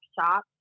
shop